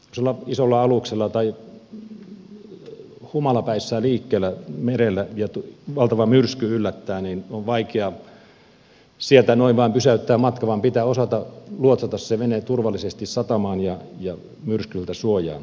sellaisella isolla aluksella tai humalapäissään liikkeellä merellä jos valtava myrsky yllättää on vaikea sieltä noin vaan pysäyttää matka vaan pitää osata luotsata se vene turvallisesti satamaan ja myrskyltä suojaan